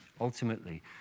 Ultimately